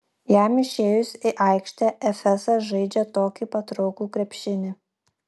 jam išėjus į aikštę efesas žaidžią tokį patrauklų krepšinį